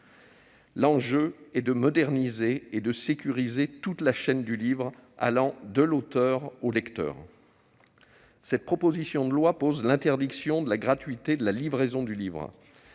L'enjeu est de moderniser et de sécuriser toute la chaîne du livre, allant de l'auteur au lecteur. La présente proposition de loi pose l'interdiction de la gratuité de la livraison du livre.